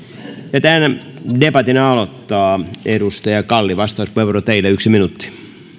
tämän debatin aloittaa edustaja kalli vastauspuheenvuoro teille yksi minuutti